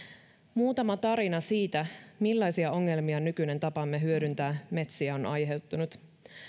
muutama tarina siitä millaisia ongelmia nykyinen tapamme hyödyntää metsiä on aiheuttanut